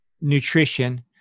nutrition